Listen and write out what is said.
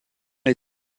les